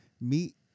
meet